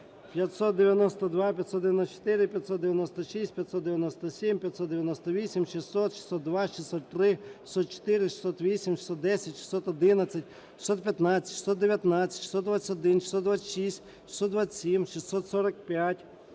592, 594, 596, 597, 598, 600, 602, 603, 604, 608, 610, 611, 615, 619, 621, 626, 627, 645,